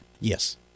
Yes